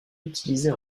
utilisée